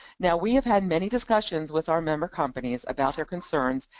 now we have had many discussions with our member companies about their concerns,